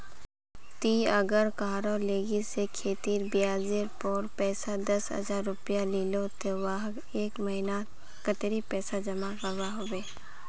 ती अगर कहारो लिकी से खेती ब्याज जेर पोर पैसा दस हजार रुपया लिलो ते वाहक एक महीना नात कतेरी पैसा जमा करवा होबे बे?